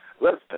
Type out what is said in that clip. Listen